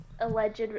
Alleged